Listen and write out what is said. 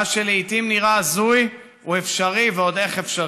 מה שלעיתים נראה הזוי הוא אפשרי, ועוד איך אפשרי.